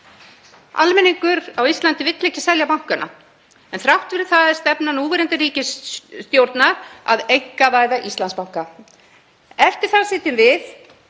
Almenningur á Íslandi vill ekki selja bankana en þrátt fyrir það er stefna núverandi ríkisstjórnar að einkavæða Íslandsbanka. Eftir sitjum við